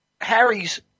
Harry's